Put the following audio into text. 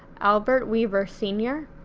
albert weaver sr.